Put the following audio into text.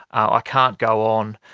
ah i can't go on,